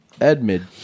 Edmund